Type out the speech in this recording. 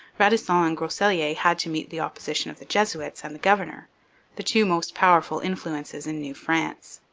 radisson and groseilliers had to meet the opposition of the jesuits and the governor the two most powerful influences in new france.